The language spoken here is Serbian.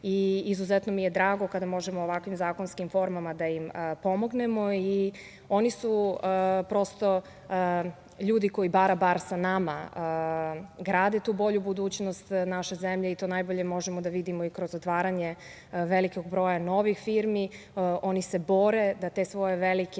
i izuzetno mi je drago kada možemo ovakvim zakonskim formama da im pomognemo i oni su prosto ljudi koji bara bar sa nama grade tu bolju budućnost naše zemlje. To najbolje možemo da vidimo i kroz otvaranje velikog broja novih firmi. Oni se bore da te svoje velike